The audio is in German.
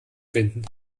finden